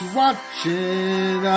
watching